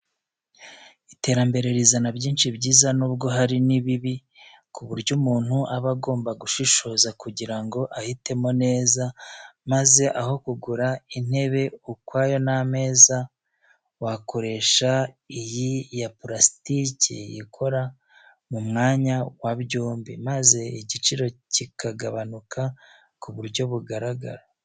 Iterambere rizana byinshi byiza n'ubwo hari n'ibibi ku buryo umuntu aba agomba gushishoza kugira ngo ahitemo neza, maze aho kugura intebe ukwayo n'ameza, wakoresha iyi ya purasitiki ikora mu mwanya wa byombi, maze igiciro kikagabanuka ku buryo bugaragara.